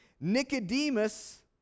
Nicodemus